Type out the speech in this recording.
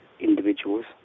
individuals